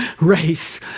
race